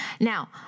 Now